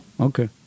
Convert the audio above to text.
okay